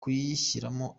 kuyishyiramo